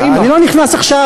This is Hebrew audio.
זה לא ההורים הביולוגיים.